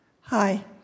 Hi